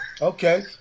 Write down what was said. okay